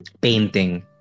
painting